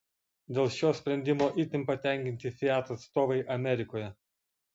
dėl šio sprendimo itin patenkinti fiat atstovai amerikoje